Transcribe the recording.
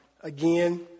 Again